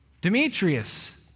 Demetrius